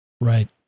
Right